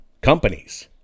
companies